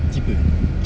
cheaper